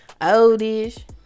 oldish